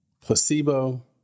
Placebo